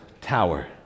Tower